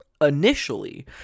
initially